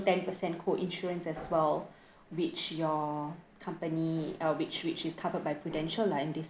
ten percent co-insurance as well which your company uh which which is covered by Prudential lah in this